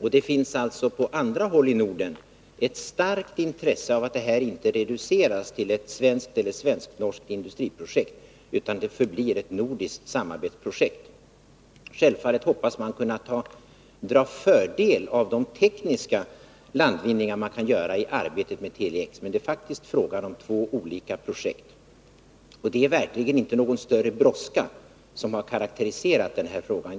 Det finns alltså på andra håll i Norden ett starkt intresse av att detta inte reduceras till ett svenskt eller svenskt-norskt industriprojekt utan förblir ett nordiskt samarbetsprojekt. Självfallet hoppas man kunna dra fördel av de tekniska landvinningar vi kan göra i arbetet med Tele-X. Men det är faktiskt fråga om två olika projekt. Det är verkligen inte någon större brådska som karakteriserat den här frågan.